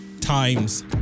times